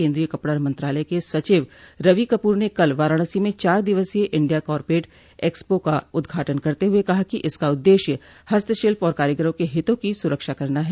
केन्द्रीय कपड़ा मंत्रालय के सचिव रवि कपूर ने कल वाराणसी में चार दिवसीय इंडिया कारपेट एक्सपो का उद्घाटन करते हुए कहा कि इसका उद्देश्य हस्तशिल्प और कारोगरों के हितों की सुरक्षा करना है